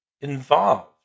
involved